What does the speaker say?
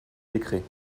décrets